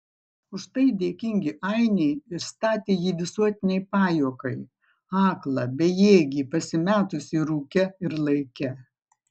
už tai dėkingi ainiai išstatė jį visuotinei pajuokai aklą bejėgį pasimetusį rūke ir laike